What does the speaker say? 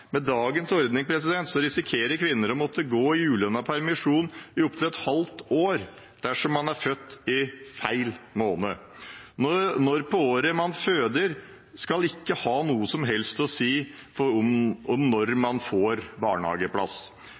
Med dagens ordning risikerer kvinner å måtte gå i ulønnet permisjon i opptil et halvt år dersom barnet er født i feil måned. Når på året man føder, skal ikke ha noe som helst å si for om og når man får barnehageplass.